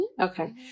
Okay